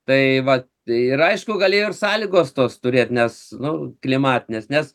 tai vat ir aišku galėjo ir sąlygos tos turėt nes nu klimatinės nes